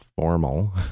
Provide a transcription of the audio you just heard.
formal